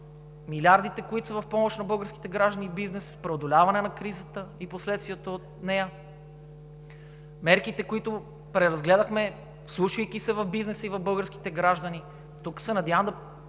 милиардите, които са в помощ на българските граждани и бизнеса; преодоляването на кризата и последствията от нея; мерките, които преразгледахме, вслушвайки се в бизнеса и в българските граждани. Тук се надявам да получим